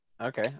okay